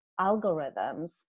algorithms